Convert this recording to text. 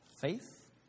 faith